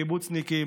קיבוצניקים,